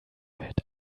wird